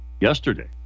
yesterday